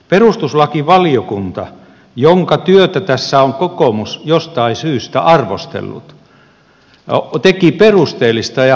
perustuslakivaliokunta jonka työtä tässä on kokoomus jostain syystä arvostellut teki perusteellista ja hyvää työtä